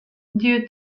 due